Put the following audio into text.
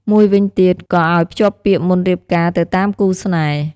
មួយវិញទៀតក៏អោយភ្ជាប់ពាក្យមុនរៀបការទៅតាមគូស្នេហ៍។